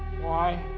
why